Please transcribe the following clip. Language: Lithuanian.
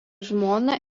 žmona